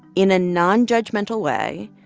in a non-judgmental way,